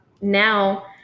now